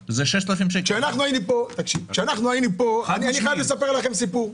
אני חייב לספר לכם סיפור.